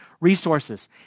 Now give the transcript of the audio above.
resources